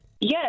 Yes